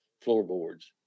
floorboards